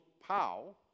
pow